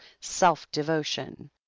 self-devotion